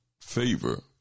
favor